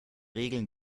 regeln